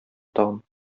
тагын